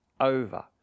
over